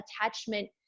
attachment